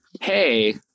hey